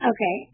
Okay